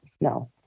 no